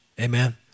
Amen